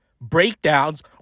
breakdowns